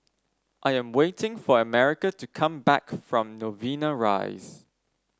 I am waiting for America to come back from Novena Rise